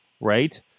Right